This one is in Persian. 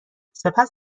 سپس